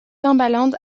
timbaland